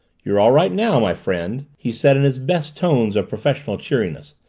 you're all right now, my friend, he said in his best tones of professional cheeriness.